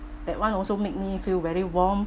that one also make me feel very warm